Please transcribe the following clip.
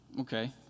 Okay